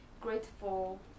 grateful